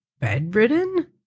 bedridden